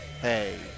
hey